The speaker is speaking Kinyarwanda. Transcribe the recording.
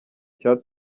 cya